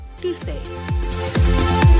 Tuesday